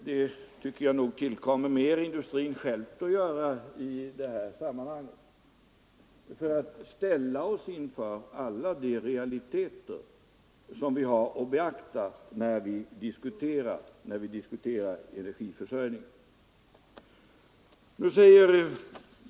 Det tycker jag tillkommer industrin för att ställa oss inför alla de realiteter vi har att beakta i fråga om energiförsörjningen.